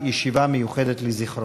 הישיבה הזאת היא חלק מיום השנה לזכרו,